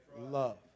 Love